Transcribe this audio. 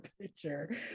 picture